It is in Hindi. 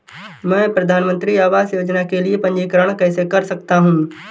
मैं प्रधानमंत्री आवास योजना के लिए पंजीकरण कैसे कर सकता हूं?